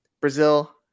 Brazil